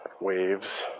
Waves